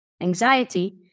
anxiety